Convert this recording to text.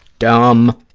dumb.